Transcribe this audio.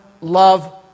love